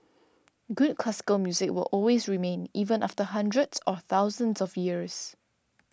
good classical music will always remain even after hundreds or thousands of years